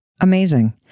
Amazing